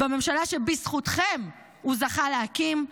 בממשלה שבזכותכם הוא זכה להקים,